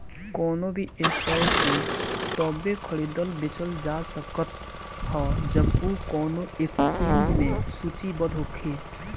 कवनो भी स्टॉक के तबे खरीदल बेचल जा सकत ह जब उ कवनो एक्सचेंज में सूचीबद्ध होखे